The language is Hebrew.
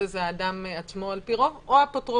זה האדם עצמו על פי רוב או האפוטרופוס,